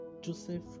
Joseph